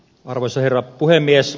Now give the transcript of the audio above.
arvoisa herra puhemies